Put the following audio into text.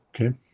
Okay